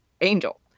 angel